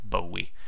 Bowie